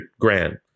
grand